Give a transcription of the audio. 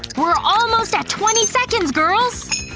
we're almost at twenty seconds, girls!